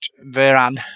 Veran